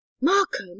markham